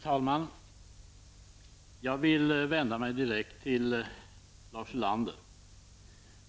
Herr talman! Jag vill vända mig direkt till Lars Ulander.